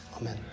Amen